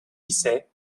ise